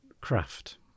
craft